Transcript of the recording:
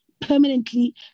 Permanently